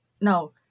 no